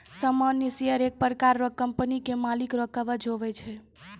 सामान्य शेयर एक प्रकार रो कंपनी के मालिक रो कवच हुवै छै